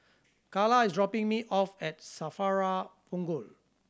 Calla is dropping me off at SAFRA Punggol